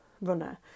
runner